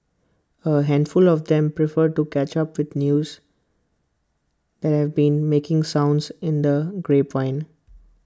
A handful of them prefer to catch up with news that have been making sounds in the grapevine